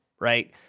right